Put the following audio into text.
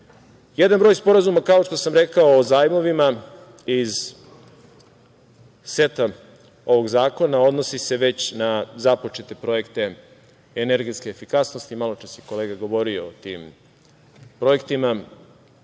broj sporazuma kao što sam rekao o zajmovima iz seta ovog zakona odnosi se već na započete projekte energetske efikasnosti. Maločas je kolega govorio o tim projektima.